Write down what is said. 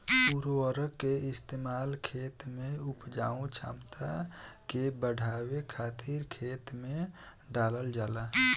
उर्वरक के इस्तेमाल खेत के उपजाऊ क्षमता के बढ़ावे खातिर खेत में डालल जाला